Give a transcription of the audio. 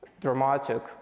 dramatic